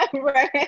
right